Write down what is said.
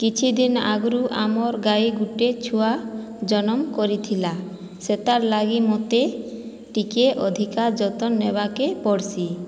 କିଛିଦିନ ଆଗରୁ ଆମର ଗାଇ ଗୋଟିଏ ଛୁଆ ଜନ୍ମ କରିଥିଲା ସେଇଟାର ଲାଗି ମୋତେ ଟିକିଏ ଅଧିକ ଯତ୍ନ ନେବାକୁ ପଡ଼୍ସି